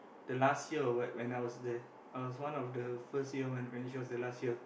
the last year or what when I was the I was one of the first year one then she was the last year